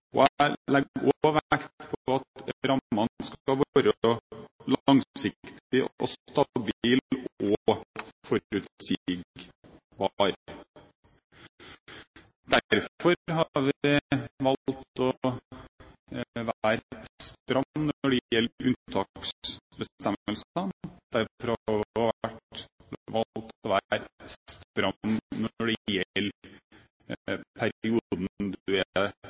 vurderingene. Jeg legger også vekt på at rammene skal være langsiktige, stabile og forutsigbare. Derfor har vi valgt å være stramme når det gjelder unntaksbestemmelsene, og derfor har vi også valgt å være stramme når det gjelder den perioden